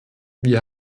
wir